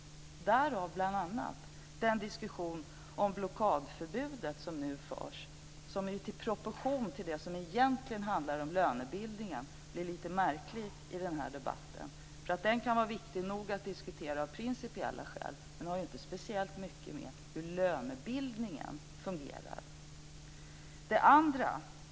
Den diskussion om blockadförbudet som nu förs i den här debatten blir lite märklig i proportion till det som det egentligen handlar om, nämligen lönebildningen. Den kan var nog så viktig att diskutera av principiella skäl, men den har inte speciellt mycket att göra med hur lönebildningen fungerar.